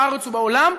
בארץ ובעולם,